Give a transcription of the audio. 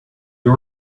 you